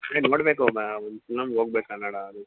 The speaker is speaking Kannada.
ಅದೆ ನೋಡಬೇಕು ಮ್ಯಾಮ್ ಇನ್ನೊಂದು ಹೋಗಬೇಕು ಕನ್ನಡ